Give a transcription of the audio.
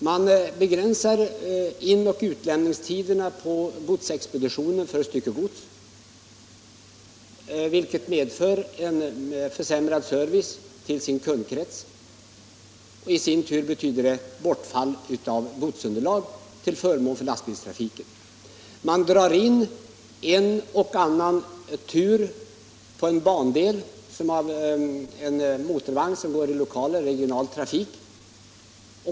Man begränsar t.ex. in och utlämningstiderna för styckegods på en expedition, vilket medför en försämrad service till kundkretsen och leder till bortfall av godsunderlag till förmån för lastbilstrafiken. Ett annat exempel är att man drar in en och annan tur på en bandel, kanske en motorvagn som går i lokal eller regional trafik.